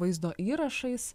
vaizdo įrašais